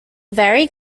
very